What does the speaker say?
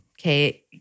okay